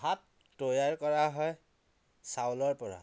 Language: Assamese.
ভাত তৈয়াৰ কৰা হয় চাউলৰ পৰা